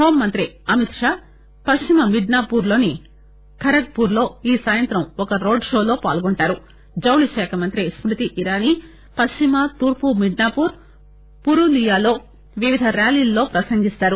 home మంత్రి అమిత్ షా పశ్చిమ మిడ్నాపూర్ లోని ఖరగ్ పూర్ లో ఈ సాయంత్రం ఒక రోడ్ షోలో పాల్గొంటారు జౌళి శాఖ మంత్రి స్కృతి ఇరానీ పశ్చిమ తూర్పు మిడ్నాపూర్ పురూలియాలో వివిధ ర్భాలీల్లో ప్రసంగిస్తారు